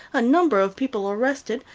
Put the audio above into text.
a number of people arrested,